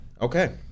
Okay